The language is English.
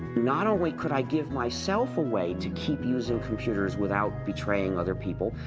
not only could i gave myself a way to keep using computers without betraying other people,